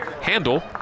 handle